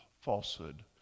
falsehood